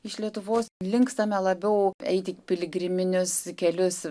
iš lietuvos linkstame labiau eiti į piligriminius kelius